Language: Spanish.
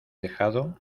dejado